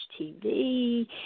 TV